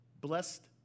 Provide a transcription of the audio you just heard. Blessed